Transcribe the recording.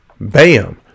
Bam